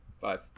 Five